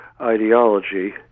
ideology